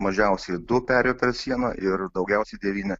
mažiausiai du perėjo per sieną ir daugiausiai devyni